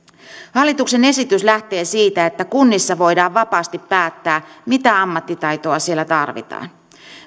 hallituksen esitys lähtee siitä että kunnissa voidaan vapaasti päättää mitä ammattitaitoa siellä tarvitaan